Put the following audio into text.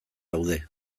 daude